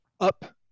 up